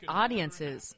audiences